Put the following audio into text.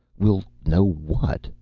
we'll know what?